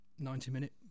90-minute